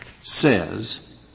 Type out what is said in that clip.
says